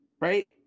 right